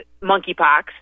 monkeypox